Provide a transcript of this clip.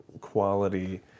quality